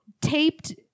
taped